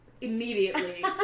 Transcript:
Immediately